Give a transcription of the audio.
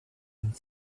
and